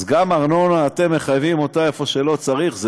אז גם בארנונה אתם מחייבים אותה, במקום שלא צריך?